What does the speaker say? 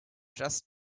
just